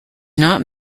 not